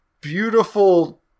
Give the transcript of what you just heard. beautiful